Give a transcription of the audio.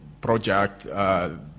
project